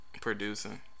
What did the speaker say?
Producing